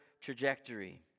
trajectory